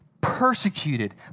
Persecuted